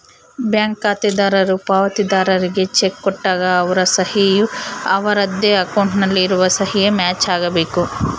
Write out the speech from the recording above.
bank ಖಾತೆದಾರರು ಪಾವತಿದಾರ್ರಿಗೆ cheque ಕೊಟ್ಟಾಗ ಅವರ ಸಹಿ ಯು ಅವರದ್ದೇ ಅಕೌಂಟ್ ನಲ್ಲಿ ಇರುವ ಸಹಿಗೆ ಮ್ಯಾಚ್ ಆಗಬೇಕು